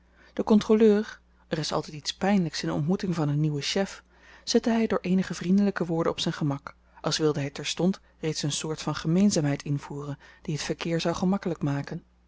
hoffelyk den kontroleur er is altyd iets pynlyks in de ontmoeting van een nieuwen chef zette hy door eenige vriendelyke woorden op zyn gemak als wilde hy terstond reeds een soort van gemeenzaamheid invoeren die t verkeer zou gemakkelyk maken